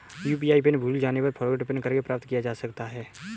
UPI PIN भूल जाने पर फ़ॉरगोट पिन करके प्राप्त किया जा सकता है